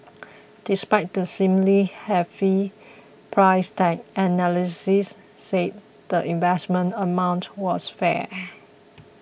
despite the seemingly hefty price tag analysts said the investment amount was fair